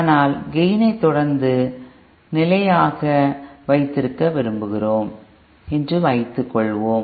ஆனால் கேய்ன்ஐ தொடர்ந்து நிலையாக வைத்திருக்க விரும்புகிறோம் என்று வைத்துக்கொள்வோம்